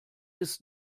ist